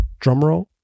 drumroll